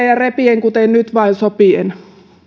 riidellen ja repien kuten nyt vaan sopien